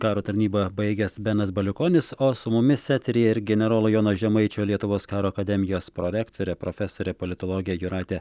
karo tarnybą baigęs benas baliukonis o su mumis eteryje ir generolo jono žemaičio lietuvos karo akademijos prorektorė profesorė politologė jūratė